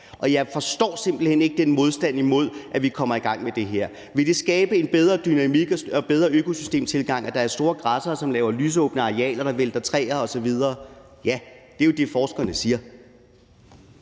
Jeg forstår simpelt hen ikke den modstand imod, at vi kommer i gang med det her. Vil det skabe en bedre dynamik og en bedre økosystemtilgang, at der er store græssere, som laver lysåbne arealer, og som vælter træer osv.? Ja, det er jo det, forskerne siger.